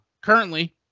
currently